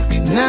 now